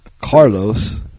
Carlos